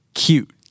cute